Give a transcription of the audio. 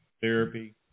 therapy